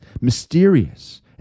mysterious